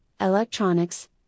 electronics